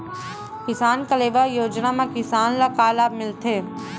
किसान कलेवा योजना म किसान ल का लाभ मिलथे?